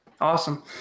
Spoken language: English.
Awesome